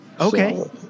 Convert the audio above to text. Okay